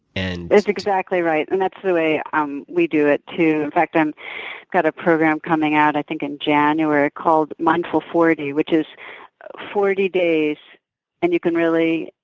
and that's exactly right and that's the way ah um we do it, too. in fact, i've and got a program coming out i think in january called mindful forty which is forty days and you can really,